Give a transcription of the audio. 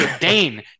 Dane